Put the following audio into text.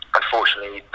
unfortunately